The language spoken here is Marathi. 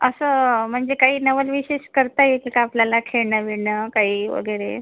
असं म्हणजे काही नवल विशेष करता येईल का आपल्याला खेळणं बिळणं काही वगैरे